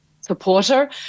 supporter